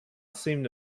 seemed